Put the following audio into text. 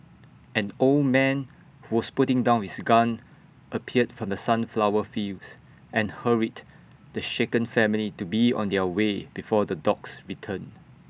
an old man who was putting down his gun appeared from the sunflower fields and hurried the shaken family to be on their way before the dogs return